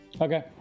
Okay